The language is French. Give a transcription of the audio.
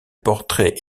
portrait